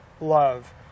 love